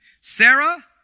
Sarah